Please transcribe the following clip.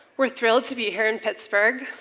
we're thrilled to be here in pittsburgh.